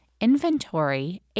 inventory